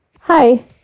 Hi